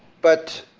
but